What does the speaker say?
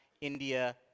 India